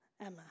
Emma